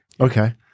Okay